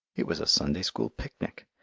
it was a sunday-school picnic.